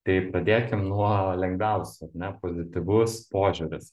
tai pradėkim nuo lengviausių ar ne pozityvus požiūris